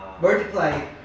Multiply